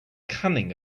cunning